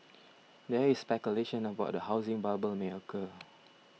there is speculation about a housing bubble may occur